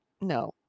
no